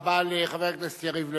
תודה רבה לחבר הכנסת יריב לוין.